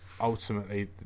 Ultimately